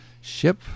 ship